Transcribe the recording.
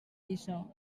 lliçó